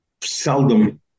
seldom